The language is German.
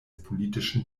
politischen